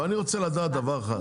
אבל אני רוצה לדעת דבר אחד,